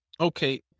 Okay